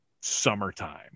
summertime